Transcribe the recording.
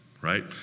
right